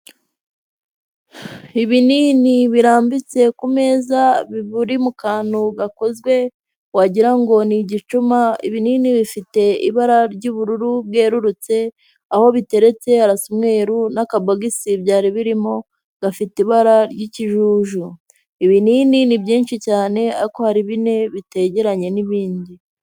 Ibinini birambitse ku meza biri mu kantu gakozwe wagira ni igicuma, ibinini bifite ibara ry'ubururu bwererutse, aho biteretse harasa umweru n'akabogisi byari birimo gafite ibara ry'ikijuju, ibinini ni byinshi cyane ariko hari bine bitegeranye n'ibindi.